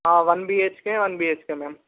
one BHK one BHK ma'am